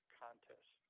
contest